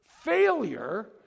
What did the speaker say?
failure